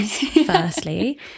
firstly